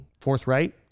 forthright